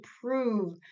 prove